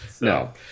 no